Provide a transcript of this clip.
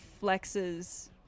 flexes